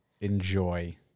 enjoy